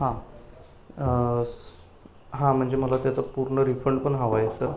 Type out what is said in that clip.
हां हां म्हणजे मला त्याचं पूर्ण रिफंड पण हवं आहे असं